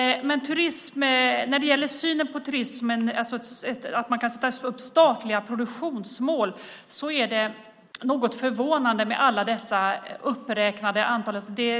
Men när det gäller att sätta upp statliga produktionsmål för turismen är det något förvånande med alla dessa uppräknade antal.